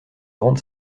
rende